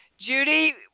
Judy